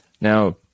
Now